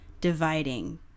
dividing